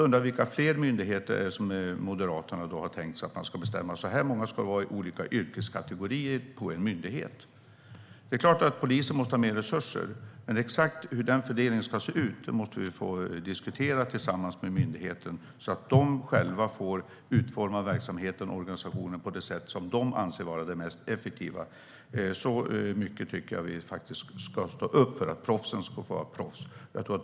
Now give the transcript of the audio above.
För vilka fler myndigheter är det som Moderaterna har tänkt att bestämma hur många som ska finnas i olika yrkeskategorier? Det är klart att polisen måste ha mer resurser, men exakt hur fördelningen ska se ut måste vi få diskutera tillsammans med myndigheten så att den själv får utforma verksamheten och organisationen på det sätt som myndigheten anser vara det mest effektiva. Så mycket tycker jag att vi ska stå upp för att proffsen ska få vara proffs.